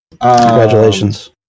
Congratulations